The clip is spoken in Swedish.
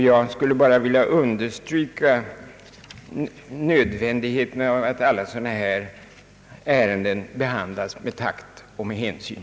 Jag skulle bara vilja understryka nödvändigheten av att alla sådana här ärenden behandlas med takt och med hänsyn.